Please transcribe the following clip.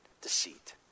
deceit